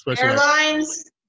Airlines